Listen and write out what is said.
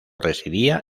residía